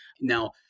Now